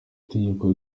tegeko